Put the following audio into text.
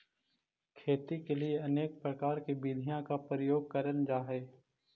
खेती के लिए अनेक प्रकार की विधियों का प्रयोग करल जा हई